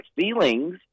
Feelings